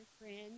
friends